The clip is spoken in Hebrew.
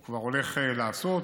הוא כבר הולך לעשות,